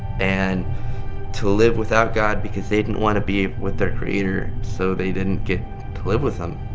and to live without god, because they didn't want to be with their creator. so they didn't get to live with him,